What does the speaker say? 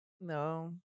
No